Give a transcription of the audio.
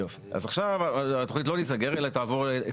יופי, אז עכשיו התוכנית לא תיסגר, אלא תעבור.